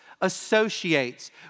associates